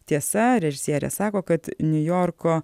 tiesa režisierė sako kad niujorko